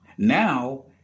Now